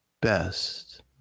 best